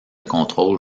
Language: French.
contrôle